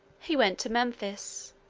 he went to memphis.